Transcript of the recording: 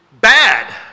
bad